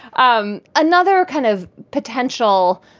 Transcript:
um another kind of potential,